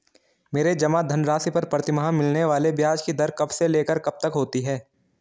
मेरे जमा धन राशि पर प्रतिमाह मिलने वाले ब्याज की दर कब से लेकर कब तक होती है?